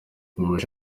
yabujije